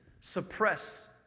suppress